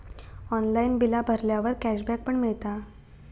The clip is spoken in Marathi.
ऑनलाइन बिला भरल्यावर कॅशबॅक पण मिळता